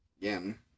Again